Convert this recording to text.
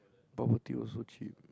bubble tea also cheap